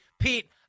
Pete